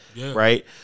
right